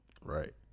Right